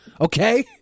Okay